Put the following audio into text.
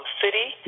city